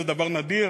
זה דבר נדיר,